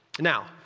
Now